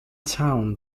town